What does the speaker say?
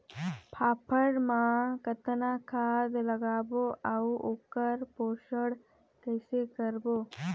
फाफण मा कतना खाद लगाबो अउ ओकर पोषण कइसे करबो?